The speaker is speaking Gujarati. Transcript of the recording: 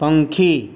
પંખી